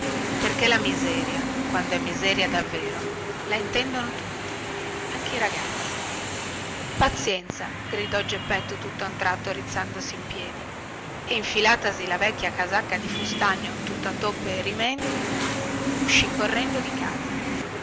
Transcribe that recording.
perché la miseria quando è miseria davvero la intendono tutti anche i ragazzi pazienza gridò geppetto tutta un tratto rizzandosi in piedi e infilatasi la vecchia casacca di fustagno tutta toppe e rimendi uscì correndo di casa